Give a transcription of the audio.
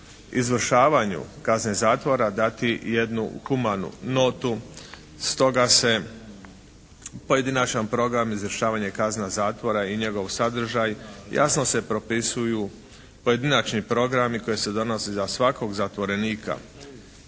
izvršavanju kazne zatvora dati jednu humanu notu. Stoga se pojedinačan program izvršavanja kazne zatvora i njegov sadržaj, jasno se propisuju pojedinačni programi koji se donose za svakog zatvorenika,